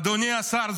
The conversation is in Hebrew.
אדוני השר,